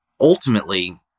ultimately